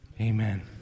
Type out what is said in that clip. amen